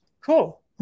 Cool